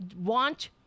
want